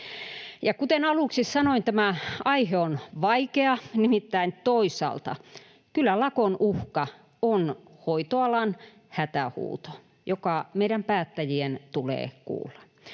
kuten aluksi sanoin, tämä aihe on vaikea. Nimittäin toisaalta kyllä lakonuhka on hoitoalan hätähuuto, joka meidän päättäjien tulee kuulla.